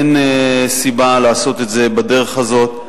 אין סיבה לעשות את זה בדרך הזאת.